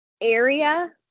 area